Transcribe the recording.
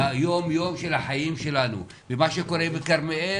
והיום-יום של החיים שלנו במה שקורה בכרמיאל